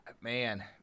man –